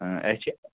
اَسہِ چھِ